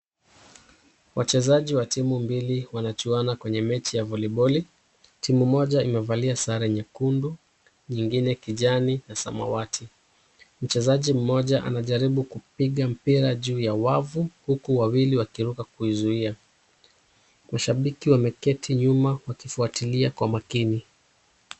Wachezaji wa timu mbili wanachuana kwenye mechi ya voliboli. Timu moja imevalia sare nyekundu, nyingine kijani na samawati. Mchezaji mmoja anajaribu kupiga mpira juu ya wavu huku wawili wakiruka kuizuia. Mashabiki wameketi nyuma wakifuatilia kwa makini.